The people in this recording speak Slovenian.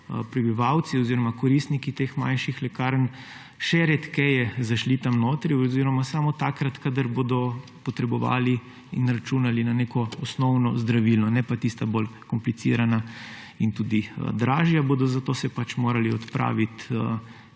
prebivalci oziroma koristniki teh manjših lekarn še redkeje zašli tja notri oziroma samo takrat, kadar bodo potrebovali in računali na neko osnovno zdravilo, ne pa tista bolj komplicirana in tudi dražja, bodo se pa zato morali odpravit